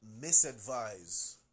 misadvise